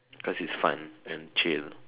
because it's fun and chill